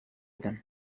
them